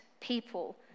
people